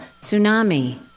tsunami